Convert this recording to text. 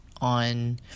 on